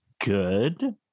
good